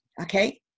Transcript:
Okay